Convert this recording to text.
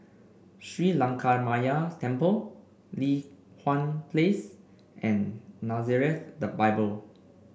Sri Lankaramaya Temple Li Hwan Place and Nazareth the Bible